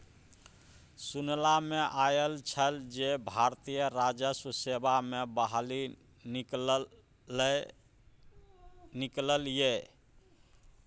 सुनला मे आयल छल जे भारतीय राजस्व सेवा मे बहाली निकललै ये